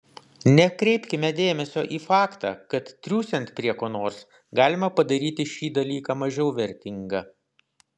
nekreipkime dėmesio į faktą kad triūsiant prie ko nors galima padaryti šį dalyką mažiau vertingą